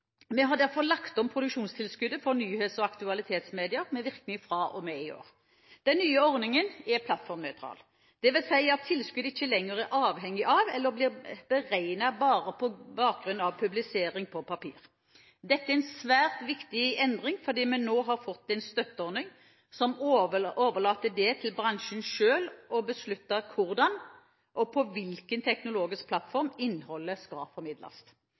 Vi har derfor lagt om produksjonstilskuddet for nyhets- og aktualitetsmedier med virkning fra og med i år. Den nye ordningen er plattformnøytral. Det vil si at tilskudd ikke lenger er avhengig av, eller blir beregnet bare på bakgrunn av, publisering på papir. Dette er en svært viktig endring, fordi vi nå har fått en støtteordning som overlater det til bransjen selv å beslutte hvordan, og på hvilken teknologisk plattform, innholdet skal formidles.